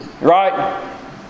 Right